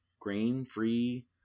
grain-free